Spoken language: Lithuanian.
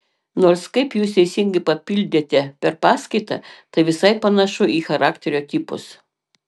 nors kaip jūs teisingai papildėte per paskaitą tai visai panašu į charakterio tipus